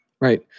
Right